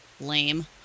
Lame